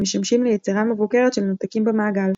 המשמשים ליצירה מבוקרת של נתקים במעגל.